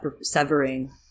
severing